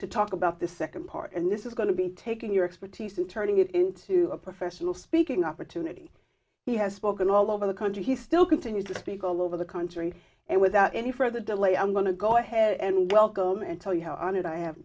to talk about the second part and this is going to be taking your expertise and turning it into a professional speaking opportunity he has spoken all over the country he still continues to speak a lot of the country and without any further delay i'm going to go ahead and welcome and tell you how hon